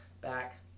back